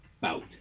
bout